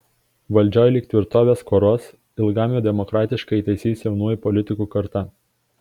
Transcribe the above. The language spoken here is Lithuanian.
valdžioj lyg tvirtovės kuoruos ilgam demokratiškai įsitaisys jaunųjų politikų karta